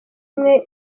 mwe